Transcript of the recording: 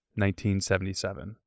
1977